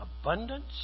abundance